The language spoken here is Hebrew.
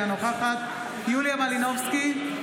אינה נוכחת יוליה מלינובסקי,